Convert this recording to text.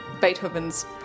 Beethoven's